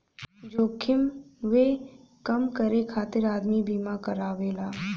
जोखिमवे कम करे खातिर आदमी बीमा करावेला